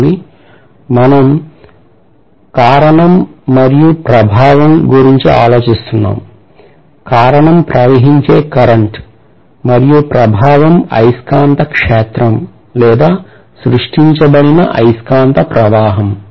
కాని మనం కారణం మరియు ప్రభావం గురించి ఆలోచిస్తున్నాము కారణం ప్రవహించే కరెంట్ మరి ప్రభావం అయస్కాంత క్షేత్రం లేదా సృష్టించబడిన అయస్కాంత ప్రవాహం